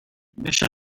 mission